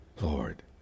Lord